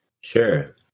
Sure